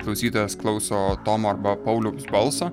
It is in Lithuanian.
klausytojas klauso tomo arba pauliaus balso